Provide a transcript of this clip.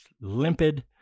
limpid